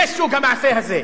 זה סוג המעשה הזה.